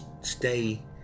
stay